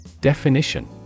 Definition